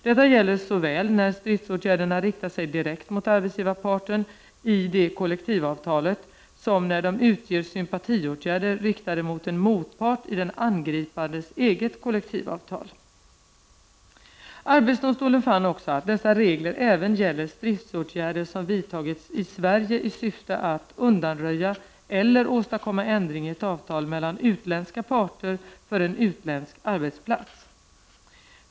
Detta gäller såväl när stridsåtgärderna riktar sig direkt mot arbetsgivarparten i det kollektivavtalet som när de utgör sympatiåtgärder riktade mot 2n motpart i den angripandes eget kollektivavtal . Arbetsdomstolen fann också att dessa regler även gäller stridsåtgärder som vidtas i Sverige i syfte att undanröja eller åstadkomma ändring i ett avtal mellan utländska parter för en utländsk arbetsplats.